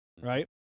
right